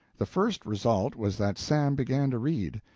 the first result was that sam began to read.